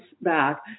back